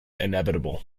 inevitable